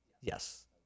Yes